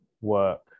work